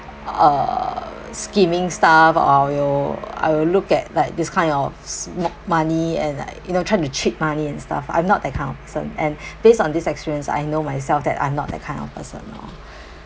uh scheming stuff or you I will look at like this kind of s~ mo~ money and like you know trying to cheat money and stuff I'm not that kind of person and based on this experience I know myself that I'm not that kind of person loh